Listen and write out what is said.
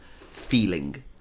feeling